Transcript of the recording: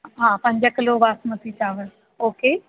हा पंज किलो बासमती चांवरु ओ के